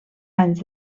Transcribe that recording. anys